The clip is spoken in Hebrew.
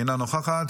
אינה נוכחת.